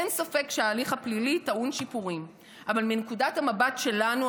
אין ספק שההליך הפלילי טעון שיפורים אבל מנקודת המבט שלנו,